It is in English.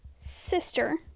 sister